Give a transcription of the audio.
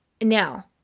Now